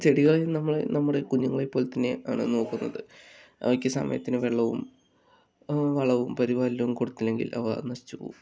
ചെടികൾ നമ്മൾ നമ്മുടെ കുഞ്ഞുങ്ങളെ പോലെത്തന്നെയാണ് നോക്കുന്നത് അവയ്ക്ക് സമയത്തിന് വെള്ളവും വളവും പരിപാലനവും കൊടുത്തില്ലെങ്കിൽ അവ നശിച്ചുപോകും